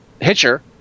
Hitcher